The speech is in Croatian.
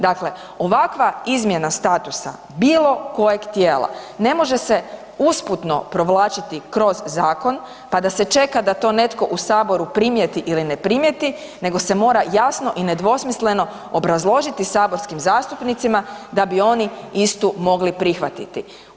Dakle ovakva izmjena statusa bilo kojeg tijela ne može se usputno provlačiti kroz zakon pa da se čeka da to netko u Saboru primijeti ili ne primijeti, nego se mora jasno i nedvosmisleno obrazložiti saborskim zastupnicima da bi oni istu mogli prihvatiti.